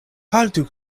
haltu